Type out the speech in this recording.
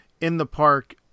in-the-park